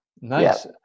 Nice